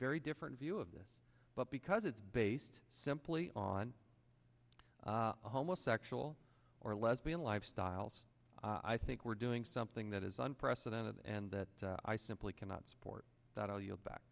very different view of this but because it's based simply on homosexual or lesbian lifestyles i think we're doing something that is unprecedented and that i simply cannot support that i'll yield back